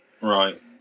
Right